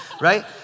right